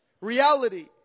reality